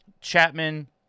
chapman